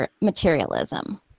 materialism